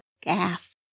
gaff